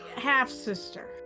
half-sister